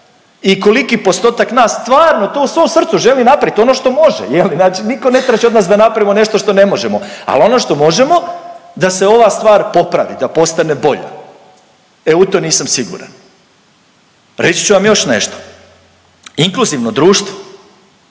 i koliki postotak nas stvarno to u svom srcu želi napraviti ono što može, je li? Znači nitko ne traži od nas da napravimo nešto što ne možemo, ali ono što možemo da se ova stvar popravi, da postane bolja. E u to nisam siguran. Reći ću vam još nešto. Inkluzivno društvo,